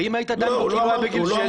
ואם אתה היית דן בו כאילו הוא היה בגיל 6,